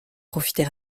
profiter